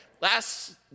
Last